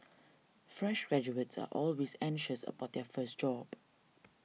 fresh graduates are always anxious about their first job